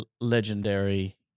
legendary